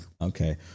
Okay